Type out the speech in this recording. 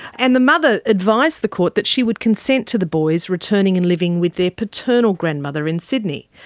and the mother advised the court that she would consent to the boys returning and living with their paternal grandmother in sydney.